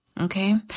Okay